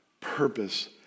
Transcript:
purpose